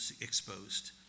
exposed